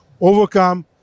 overcome